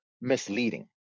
misleading